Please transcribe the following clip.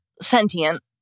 Sentient